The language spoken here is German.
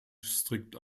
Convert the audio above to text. strikt